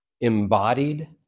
embodied